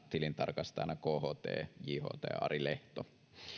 tilintarkastajana kht jht ari lehto